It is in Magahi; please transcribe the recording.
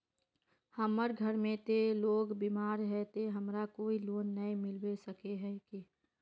हमर घर में ते लोग बीमार है ते हमरा कोई लोन नय मिलबे सके है की?